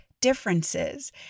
differences